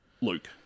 Luke